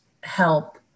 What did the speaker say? help